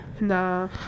Nah